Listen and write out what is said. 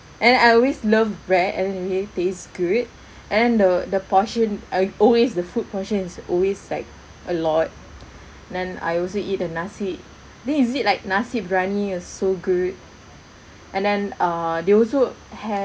and I always loved bread and it really taste good and then the the portion uh always the food portions is always like a lot then I also eat the nasi think is it like nasi briyani was so good and then uh they also have